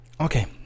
Okay